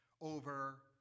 over